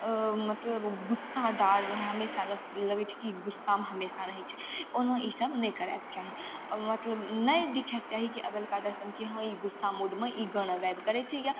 मतलब गुस्सादार हमेशा ल लगय छै कि गुस्सामे हमेशा रहय छै कोनो ईसब नहि करयके चाही मतलब नहि दिखयके चाही कि अगलका दर्शकके कि हँ गुस्सा मूडमे ई गाना गाबि करय छै या